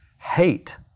hate